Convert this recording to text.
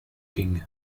ging